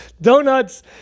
donuts